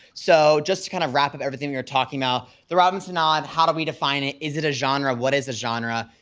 so just to kind of wrap up everything we're talking about, the robinsonade, how do we define it? is it a genre? what is a genre?